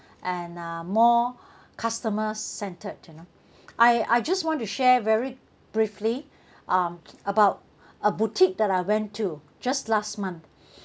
and uh more customer centred you know I I just want to share very briefly um about a boutique that I went to just last month